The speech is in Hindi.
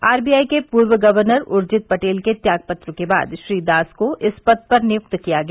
आरबीआई के पूर्व गवर्नर उर्जित पटेल के त्याग पत्र के बाद श्री दास को इस पद पर नियुक्त किया गया